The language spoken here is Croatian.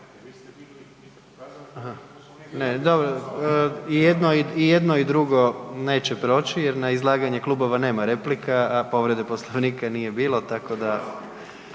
i jedno i drugo neće proći jer na izlaganje klubova nema replika, a povreda Poslovnika nije bilo, tako da,